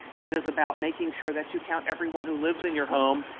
and it is about making sure that you count everyone who lives in your home,